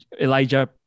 Elijah